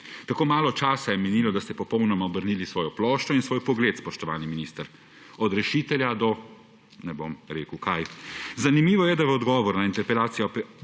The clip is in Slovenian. tako malo časa je minilo pa ste popolnoma obrnili svojo ploščo in svoj pogled, spoštovani minister. Od rešitelja do – ne bom rekel česa. Zanimivo je, da v odgovoru na interpelacijo